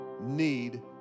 need